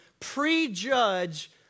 Prejudge